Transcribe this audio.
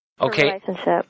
Okay